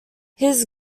his